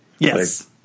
Yes